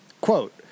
Quote